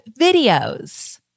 videos